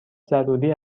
ضروری